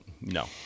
no